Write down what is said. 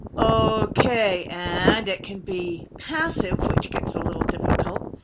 ok, and it can be passive, which gets a little difficult.